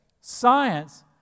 science